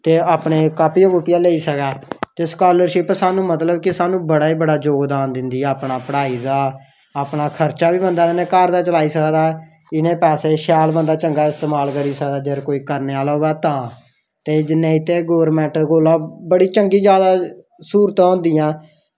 ते अपने कॉपियां लेई सकै ते स्कॉलरशिप स्हानू मतलब कि बड़ा ई योगदान दिंदी अपना पढ़ाई दा अपना खर्चा बी बंदा इंया घर दा चलाई सकदा कुत्थेै पैसे शैल बंदा चंगा इस्तेमाल करी सकदा अगर कोई करने आह्ला होऐ तां ते जिन्ने इत्थें गौरमेंट कोला चंगी जादै स्हूलतां होंदियां